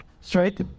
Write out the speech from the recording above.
straight